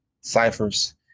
ciphers